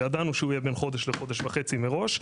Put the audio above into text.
וידענו שהוא יהיה בין חודש לחודש וחצי מראש.